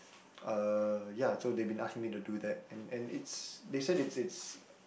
uh ya so they been asking me to do that and and it's they said it's it's